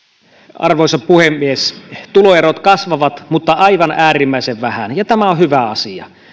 arvoisa puhemies tuloerot kasvavat mutta aivan äärimmäisen vähän ja tämä on hyvä asia